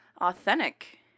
Authentic